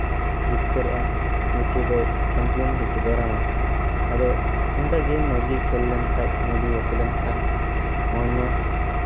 ᱡᱤᱛᱠᱟᱹᱨᱚᱜ ᱟᱭ ᱢᱤᱫᱴᱤᱡ ᱫᱚᱭ ᱪᱟᱢᱯᱤᱭᱟᱱᱥ ᱢᱤᱫᱴᱤᱡ ᱫᱚᱭ ᱨᱟᱱᱟᱨᱥ ᱟᱫᱚ ᱚᱱᱠᱟ ᱜᱮ ᱢᱚᱡᱽ ᱜᱮ ᱠᱷᱮᱞ ᱞᱮᱱᱠᱷᱟᱡ ᱥᱮ ᱢᱚᱡᱽ ᱜᱮ ᱜᱟᱛᱮ ᱞᱮᱱᱠᱷᱟᱱ ᱢᱚᱡᱽ ᱧᱚᱜ